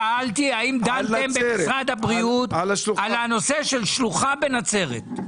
שאלתי האם דנתם במשרד הבריאות בנושא השלוחה בנצרת.